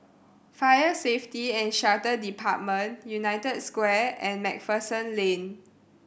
Fire Safety And Shelter Department United Square and Macpherson Lane